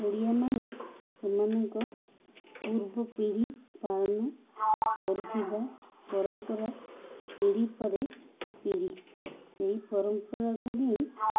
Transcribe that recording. ଓଡ଼ିଆ ମାନେ ସେମାନଙ୍କ ପୂର୍ବ ପିଢ଼ି ପାଳନ କରୁଥିବା ପରମ୍ପରା ପିଢ଼ି ପରେ ପିଢ଼ି ସେଇ ପରମ୍ପରାକୁ ହିଁ